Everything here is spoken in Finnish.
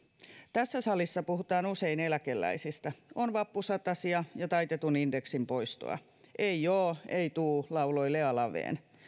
tässä salissa puhutaan usein eläkeläisistä on vappusatasia ja taitetun indeksin poistoa ei oo ei tuu lauloi lea laven